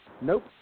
Nope